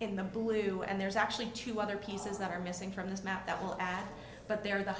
in the blue and there's actually two other pieces that are missing from this map that will add but there